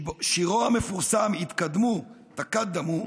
שירו המפורסם "התקדמו" "תקדמוא"